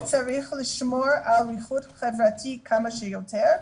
העמדה היא שצריך לשמור על ריחוק חברתי כמה שיותר,